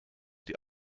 die